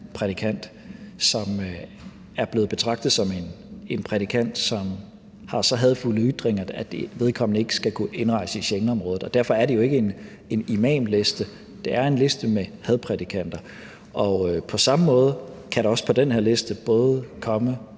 som er blevet betragtet som en prædikant, som har så hadefulde ytringer, at vedkommende ikke skal kunne indrejse i Schengenområdet. Derfor er det jo ikke en imamliste, men en liste med hadprædikanter, og på samme måde kan der på den her liste også både komme